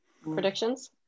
predictions